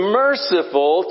merciful